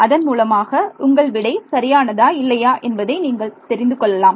அதன் மூலமாக உங்கள் விடை சரியானதா இல்லையா என்பதை நீங்கள் தெரிந்து கொள்ளலாம்